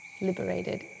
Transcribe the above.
Liberated